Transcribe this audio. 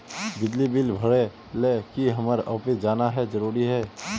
बिजली बिल भरे ले की हम्मर ऑफिस जाना है जरूरी है?